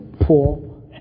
poor